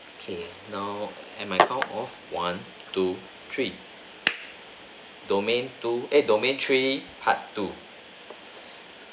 K now and my count of one two three domain two eh domain three part two